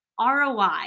ROI